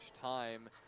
time